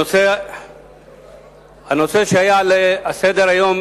הנושא שהיה על סדר-היום